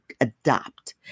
adopt